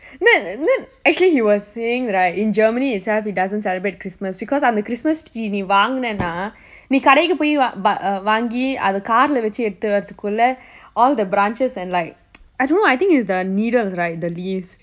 then then actually he was saying right in germany itself he doesn't celebrate christmas because அந்த:antha christmas tree eh நீ வாங்குனேன்னா நீ கடைக்கு போய் வாங்கி அதே:nee vaangunenna nee kadaikku poi vaangi athe car leh வச்சு எடுத்து வர்றதுக்குள்ளே:vachu edutthu varrathukkulle all the branches and like I don't know I think is the needles right the ne~